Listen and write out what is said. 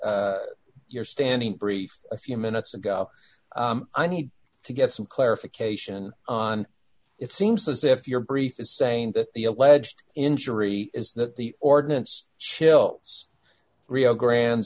your standing briefs a few minutes ago i need to get some clarification on it seems as if your brief is saying that the alleged injury is that the ordinance shilts rio grande